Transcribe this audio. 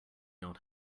not